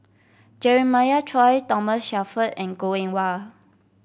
Jeremiah Choy Thomas Shelford and Goh Eng Wah